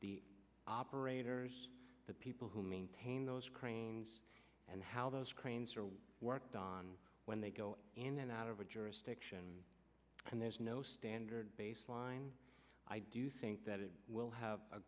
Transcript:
the operators the people who maintain those cranes and how those cranes are worked on when they go in and out of a jurisdiction and there's no standard baseline i do think that it will